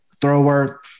thrower